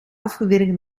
afgewerkt